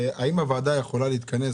אין בעיה, אני רק רוצה להבין איך הוא מתנהג.